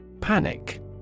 Panic